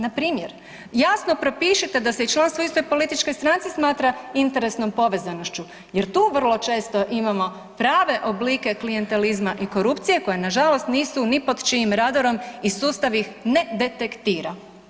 Npr. jasno propišite da se i članstvo u istoj političkoj stranci smatra interesnom povezanošću jer tu vrlo često imamo prave oblike klijentelizma i korupcije koje nažalost nisu ni pod čijim radarom i sustav ih ne detektira.